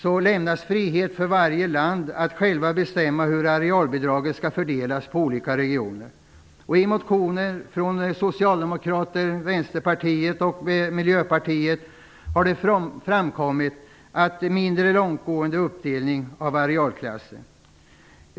lämnas frihet för varje land att självt bestämma hur arealbidraget skall fördelas på olika regioner. I Miljöpartiet har det framkommit en mindre långtgående uppdelning av arealklasser.